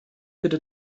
bitte